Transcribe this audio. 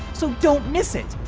so don't miss it.